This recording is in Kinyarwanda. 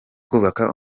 kubaka